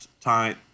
time